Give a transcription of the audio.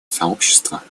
сообщества